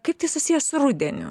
kaip tai susiję su rudeniu